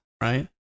right